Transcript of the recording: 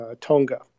Tonga